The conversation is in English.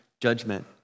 judgment